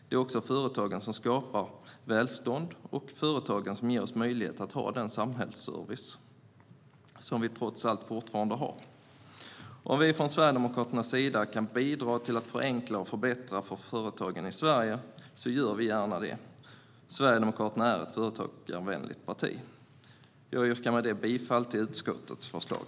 Det är också företagen som skapar välstånd och företagen som ger oss möjlighet att ha den samhällsservice som vi trots allt fortfarande har. Om vi från Sverigedemokraternas sida kan bidra till att förenkla och förbättra för företagen i Sverige gör vi gärna det. Sverigedemokraterna är ett företagarvänligt parti. Med det yrkar jag bifall till utskottets förslag.